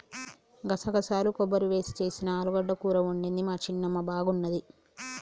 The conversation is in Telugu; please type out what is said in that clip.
గసగసాలు కొబ్బరి వేసి చేసిన ఆలుగడ్డ కూర వండింది మా చిన్నమ్మ బాగున్నది